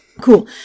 cool